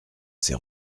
ses